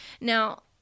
Now